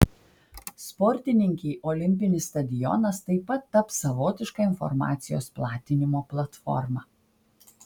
sportininkei olimpinis stadionas taip pat taps savotiška informacijos platinimo platforma